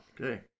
Okay